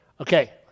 Okay